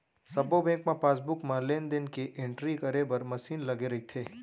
सब्बो बेंक म पासबुक म लेन देन के एंटरी करे बर मसीन लगे रइथे